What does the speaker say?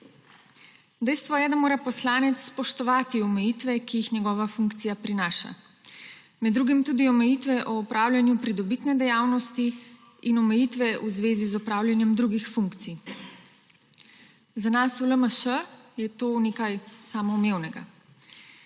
Dejstvo je, da mora poslanec spoštovati omejitve, ki jih njegova funkcija prinaša. Med drugim tudi omejitve pri opravljanju pridobitne dejavnosti in omejitve v zvezi z opravljanjem drugih funkcij. Za nas v LMŠ je to nekaj samoumevnega.